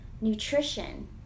nutrition